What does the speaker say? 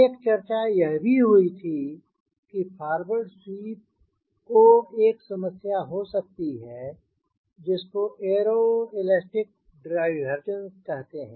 एक चर्चा यह भी हुई थी फारवर्ड स्वीप को एक समस्या हो सकती है जिसको ऐरो इलास्टिक डिवेर्जेंस कहते हैं